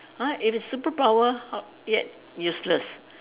!huh! if it's superpower how yet useless